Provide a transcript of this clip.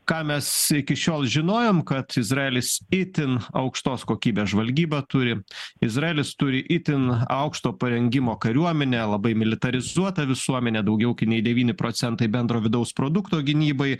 ką mes iki šiol žinojom kad izraelis itin aukštos kokybės žvalgybą turi izraelis turi itin aukšto parengimo kariuomenę labai militarizuota visuomenė daugiau kai nei devyni procentai bendro vidaus produkto gynybai